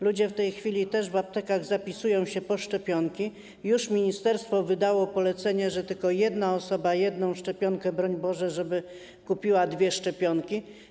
Ludzie w tej chwili w aptekach zapisują się na szczepionki, ministerstwo wydało już polecenie, że tylko jedna osoba na jedną szczepionkę, broń Boże, żeby kupiła dwie szczepionki.